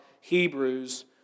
Hebrews